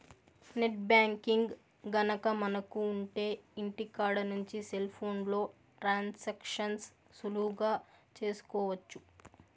net banking గనక మనకు ఉంటె ఇంటికాడ నుంచి సెల్ ఫోన్లో ట్రాన్సాక్షన్స్ సులువుగా చేసుకోవచ్చు